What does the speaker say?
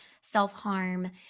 self-harm